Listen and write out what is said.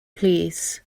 plîs